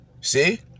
See